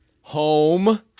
Home